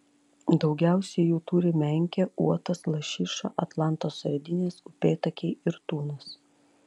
daugiausiai jų turi menkė uotas lašiša atlanto sardinės upėtakiai ir tunas